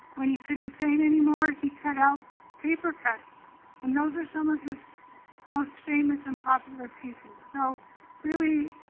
when he couldn't paint anymore he cut out paper cuts and those are some of his most famous and popular ah pieces. so really,